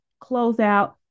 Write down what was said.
closeout